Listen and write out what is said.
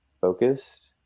focused